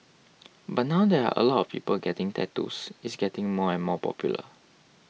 but now there are a lot of people getting tattoos it's getting more and more popular